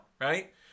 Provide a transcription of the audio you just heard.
right